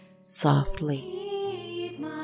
softly